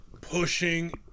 pushing